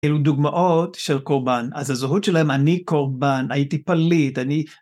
אלו דוגמאות של קורבן אז הזהות שלהם אני קורבן הייתי פליט אני